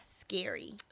scary